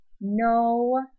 No